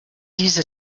diese